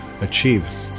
achieve